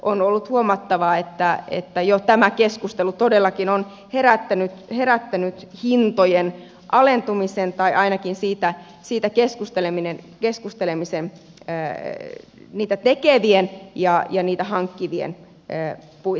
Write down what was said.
on ollut huomattavaa että jo tämä keskustelu todellakin on herättänyt hintojen alentumisen tai ainakin siitä keskustelemisen todistuksia tekevien ja niitä hankkivien puitteissa